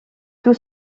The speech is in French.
tout